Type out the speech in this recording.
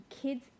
kids